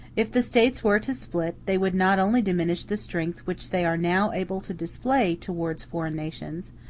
if the states were to split, they would not only diminish the strength which they are now able to display towards foreign nations,